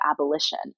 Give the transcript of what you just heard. Abolition